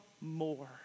more